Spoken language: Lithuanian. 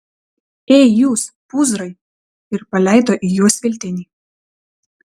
ei jūs pūzrai ir paleido į juos veltinį